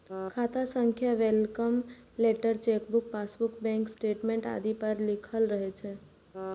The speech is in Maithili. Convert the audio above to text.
खाता संख्या welcome letter, chequebook, passbook, bank statement आदि पर लिखल रहै छै